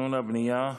התכנון והבנייה (תיקון,